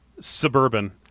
Suburban